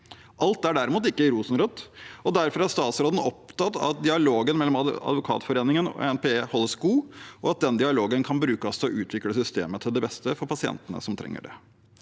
Alt er derimot ikke rosenrødt. Derfor er statsråden opptatt av at dialogen mellom Advokatforeningen og NPE holdes god, og at den dialogen kan bru kes til å utvikle systemet til beste for pasientene som trenger det.